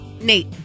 Nate